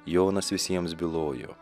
jonas visiems bylojo